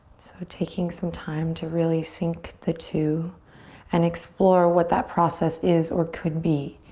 so taking some time to really sync the two and explore what that process is or could be,